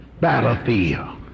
battlefield